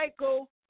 Michael